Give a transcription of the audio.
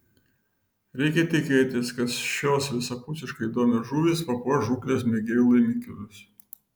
reikia tikėtis kad šios visapusiškai įdomios žuvys papuoš žūklės mėgėjų laimikius